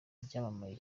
ryamamaye